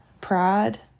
Pride